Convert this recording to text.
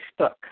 Facebook